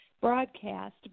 broadcast